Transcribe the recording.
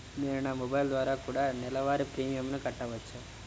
నేను నా మొబైల్ ద్వారా కూడ నెల వారి ప్రీమియంను కట్టావచ్చా?